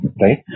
right